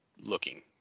looking